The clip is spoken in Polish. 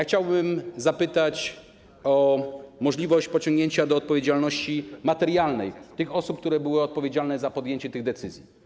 Chciałbym zapytać o możliwość pociągnięcia do odpowiedzialności materialnej tych osób, które były odpowiedzialne za podjęcie tych decyzji.